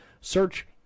Search